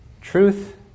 Truth